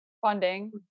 funding